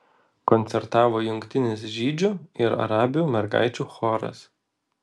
koncertavo jungtinis žydžių ir arabių mergaičių choras